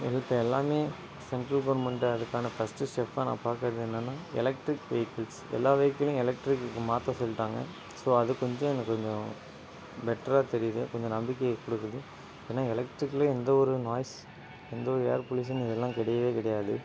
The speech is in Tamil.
இதுக்கு எல்லாமே சென்ட்ரல் கவர்ன்மெண்ட்டு அதுக்கான ஃபஸ்ட் ஸ்டெப்பாக நான் பார்க்கிறது என்னன்னால் எலெக்ட்ரிக் வெஹிகிள்ஸ் எல்லா வெஹிகிள்ஸையும் எலக்ட்ரிக் மாற்ற சொல்லிட்டாங்க ஸோ அது கொஞ்சம் எனக்கு கொஞ்சம் பெட்டரா தெரியுது கொஞ்சம் நம்பிக்கையை கொடுக்குது ஏன்னால் எலக்ட்ரிக்கல் எந்த ஒரு நாய்ஸ் எந்த ஒரு ஏர் பொலிஷன் இதெல்லாம் கிடையவே கிடையாது